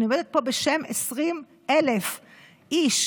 אני עומדת פה בשם 20,000 איש,